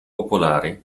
popolari